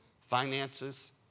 finances